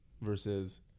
versus